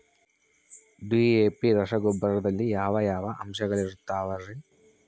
DAP ರಸಗೊಬ್ಬರದಲ್ಲಿ ಯಾವ ಯಾವ ಅಂಶಗಳಿರುತ್ತವರಿ?